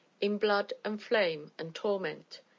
in blood and flame, and torment?